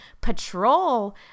patrol